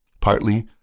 Partly